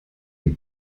die